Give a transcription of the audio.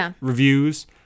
reviews